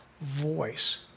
voice